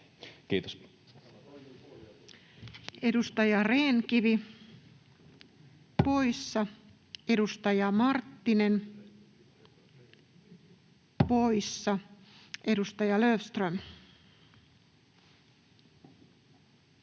Content: Edustaja Rehn-Kivi poissa, edustaja Marttinen poissa. — Edustaja Löfström.